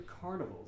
carnivals